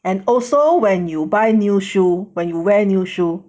and also when you buy new shoe when you wear new shoe